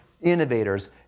innovators